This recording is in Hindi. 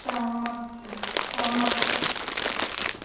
सहमत सहमत